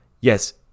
yes